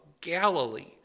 Galilee